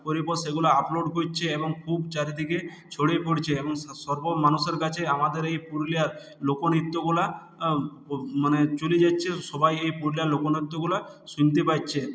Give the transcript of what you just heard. করে পর সেগুলো আপলোড করছে এবং খুব চারিদিকে ছড়িয়ে পরছে এবং সর্ব মানুষের কাছে আমাদের এই পুরুলিয়ার লোক নৃত্যগুলো মানে চলে যাচ্ছে সবাই এই পুরুলিয়ার লোক নৃত্যগুলো শুনতে পাচ্ছে